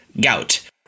gout